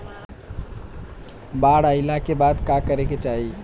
बाढ़ आइला के बाद का करे के चाही?